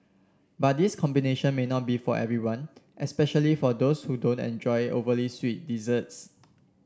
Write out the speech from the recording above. but this combination may not be for everyone especially for those who don't enjoy overly sweet desserts